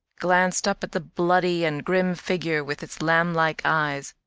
glanced up at the bloody and grim figure with its lamblike eyes.